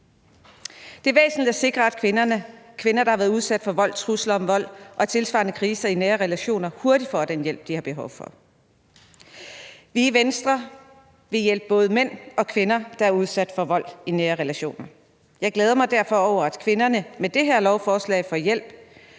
er væsentligt at sikre, at kvinder, der har været udsat for vold, trusler om vold og tilsvarende kriser i nære relationer, hurtigt får den hjælp, de har behov for. Vi i Venstre vil hjælpe både mænd og kvinder, der er udsat for vold i nære relationer. Jeg glæder mig derfor over, at kvinderne med det her lovforslag får hjælp,